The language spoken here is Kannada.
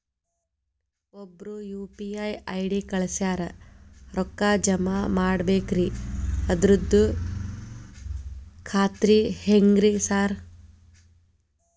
ಒಬ್ರು ಯು.ಪಿ.ಐ ಐ.ಡಿ ಕಳ್ಸ್ಯಾರ ರೊಕ್ಕಾ ಜಮಾ ಮಾಡ್ಬೇಕ್ರಿ ಅದ್ರದು ಖಾತ್ರಿ ಹೆಂಗ್ರಿ ಸಾರ್?